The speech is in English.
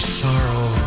sorrow